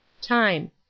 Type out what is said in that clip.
Time